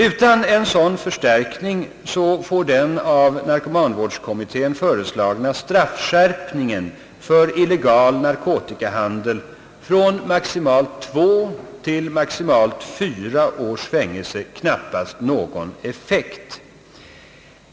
Utan en sådan förstärkning får den av narkomanvårdskommittén föreslagna straffskärpningen för illegal narkotikahandel från maximalt två års till maximalt fyra års fängelse knappast någon effekt.